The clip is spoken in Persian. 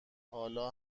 حالا